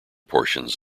portions